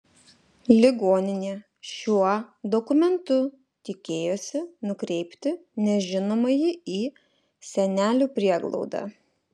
ligoninė šiuo dokumentu tikėjosi nukreipti nežinomąjį į senelių prieglaudą